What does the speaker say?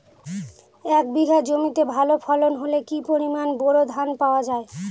এক বিঘা জমিতে ভালো ফলন হলে কি পরিমাণ বোরো ধান পাওয়া যায়?